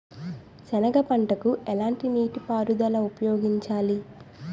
సెనగ పంటకు ఎలాంటి నీటిపారుదల ఉపయోగించాలి?